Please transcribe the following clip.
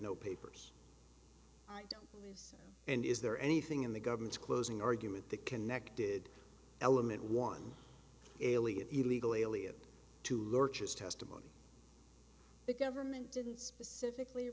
no papers and is there anything in the government's closing argument that connected element one alien illegal alien to lurches testimony the government didn't specifically